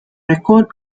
record